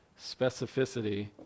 specificity